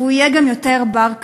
והוא יהיה גם יותר בר-קיימא.